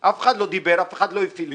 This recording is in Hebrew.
ואף אחד לא הפעיל.